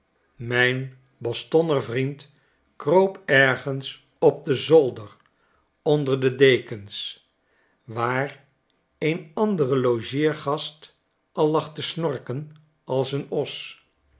mijn bostonner vriend kroop ergens op den zolder onder de dekens waar een andere logeergast al lag te snorken als een os